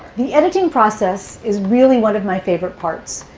the editing process is really one of my favorite parts.